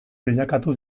bilakatu